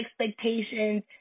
expectations